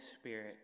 Spirit